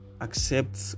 accept